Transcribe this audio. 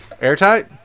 Airtight